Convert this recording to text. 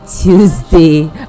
Tuesday